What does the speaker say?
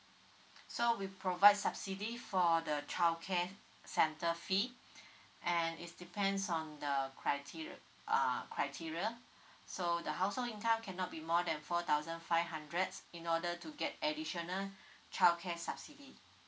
so we provide subsidy for the childcare center fee and is depends on the crite~ uh criteria so the household income cannot be more than four thousand five hundred in order to get additional childcare subsidy